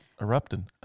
erupting